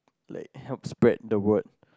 they help spread the word